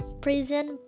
prison